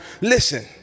listen